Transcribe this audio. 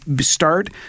start